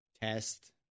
test